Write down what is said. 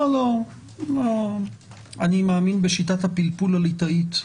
אני מאמין בשיטת הפלפול הליטאית,